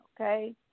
okay